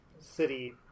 city